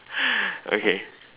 okay